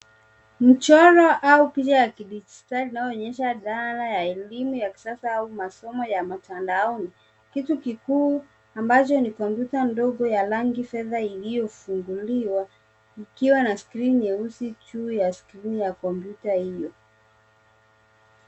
Mchoro au picha ya kidijitali inaonyesha idara ya elimu kisasa au masomo ya mtandaoni. Kitu kikuu ambacho ni kompyuta ndogo ya rangi fedha iliofunguliwa, ikiwa na skrini nyeusi juu ya skrini ya kompyuta hiyo.